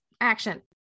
Action